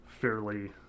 fairly